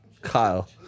Kyle